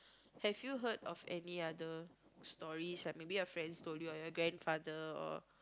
have you heard of any other stories maybe your friends told you or your grandfather or